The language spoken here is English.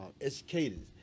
educated